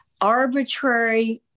Arbitrary